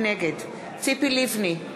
נגד ציפי לבני,